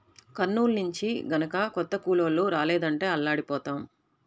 కర్నూలు నుంచి గనక కొత్త కూలోళ్ళు రాలేదంటే అల్లాడిపోతాం